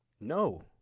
no